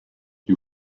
you